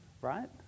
right